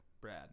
Brad